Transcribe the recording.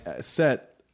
set